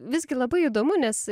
visgi labai įdomu nes